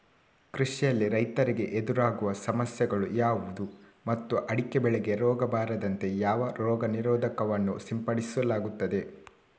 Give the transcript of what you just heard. ಕೃಷಿಯಲ್ಲಿ ರೈತರಿಗೆ ಎದುರಾಗುವ ಸಮಸ್ಯೆಗಳು ಯಾವುದು ಮತ್ತು ಅಡಿಕೆ ಬೆಳೆಗೆ ರೋಗ ಬಾರದಂತೆ ಯಾವ ರೋಗ ನಿರೋಧಕ ವನ್ನು ಸಿಂಪಡಿಸಲಾಗುತ್ತದೆ?